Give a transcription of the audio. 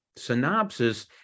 Synopsis